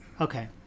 Okay